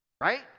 Right